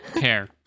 care